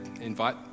invite